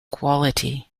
quality